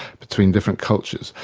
between different cultures,